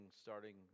starting